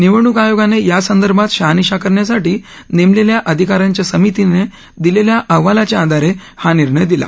निवडणूक आयोगाने यासंदर्भात शहानिशा करण्यासाठी नेमलेल्या अधिकाऱ्यांच्या समितीने दिलेल्या अहवालाच्या आधारे हा निर्णय दिला